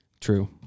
True